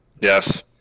Yes